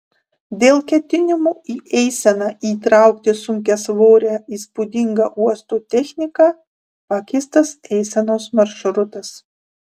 dėl ketinimų į eiseną įtraukti sunkiasvorę įspūdingą uosto techniką pakeistas eisenos maršrutas